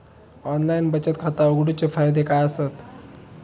Online बचत खाता उघडूचे फायदे काय आसत?